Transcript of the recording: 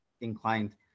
inclined